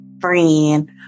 friend